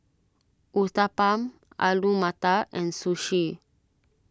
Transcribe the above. Uthapam Alu Matar and Sushi